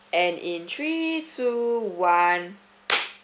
and in three two one